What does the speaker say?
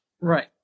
Right